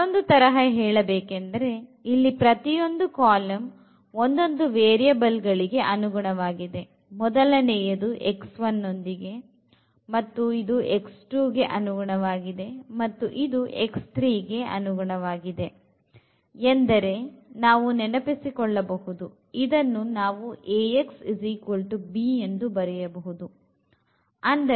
ಮತ್ತೊಂದು ತರಹ ಹೇಳಬೇಕೆಂದರೆ ಇಲ್ಲಿ ಪ್ರತಿಯೊಂದು ಕಾಲಂ ಒಂದೊಂದು ವೇರಿಯಬಲ್ ಗಳಿಗೆ ಅನುಗುಣವಾಗಿದೆ ಮೊದಲನೆಯದು ನೊಂದಿಗೆ ಮತ್ತು ಇದು ಗೆ ಅನುಗುಣವಾಗಿದೆ ಮತ್ತು ಇದು ಗೆ ಅನುಗುಣವಾಗಿದೆ ಎಂದರೆ ನಾವು ನೆನಪಿಸಿಕೊಳ್ಳಬಹುದು ಇದನ್ನು ನಾವು Ax b ಎಂದು ಬರೆಯಬಹುದು